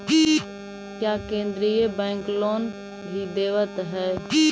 क्या केन्द्रीय bank loan भी देवत हैं